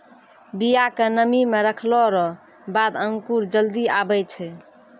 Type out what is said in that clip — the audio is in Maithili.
बिया के नमी मे रखलो रो बाद अंकुर जल्दी आबै छै